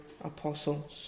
apostles